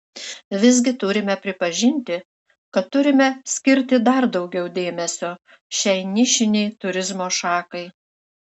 visgi turime pripažinti kad turime skirti dar daugiau dėmesio šiai nišinei turizmo šakai